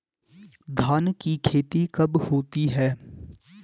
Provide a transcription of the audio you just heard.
धान की खेती कब होती है?